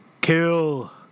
Kill